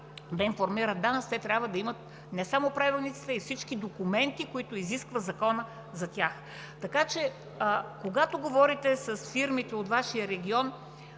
да информират ДАНС, те трябва да имат не само правилниците, а и всички документи, които изисква Законът за тях. Така че, когато говорите с фирмите от Вашия регион,